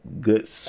good